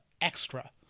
extra